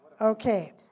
Okay